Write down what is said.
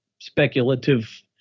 speculative